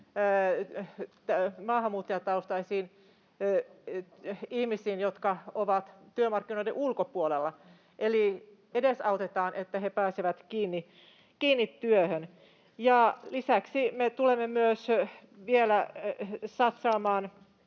maahanmuuttajataustaisiin ihmisiin, jotka ovat työmarkkinoiden ulkopuolella, eli edesautetaan, että he pääsevät kiinni työhön. Ja lisäksi me tulemme vielä satsaamaan